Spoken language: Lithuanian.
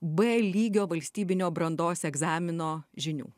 b lygio valstybinio brandos egzamino žinių